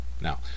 Now